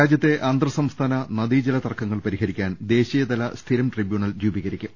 രാജ്യത്തെ അന്തർ സംസ്ഥാന നദീജല തർക്കങ്ങൾ പരിഹരിക്കാൻ ദേശീയതല സ്ഥിരം ട്രിബ്യൂണൽ രൂപീകരിക്കും